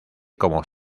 como